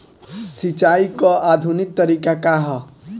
सिंचाई क आधुनिक तरीका का ह?